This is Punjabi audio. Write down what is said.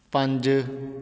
ਪੰਜ